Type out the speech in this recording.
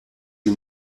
die